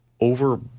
over